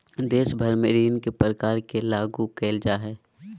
देश भर में ऋण के प्रकार के लागू क़इल जा हइ